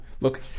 Look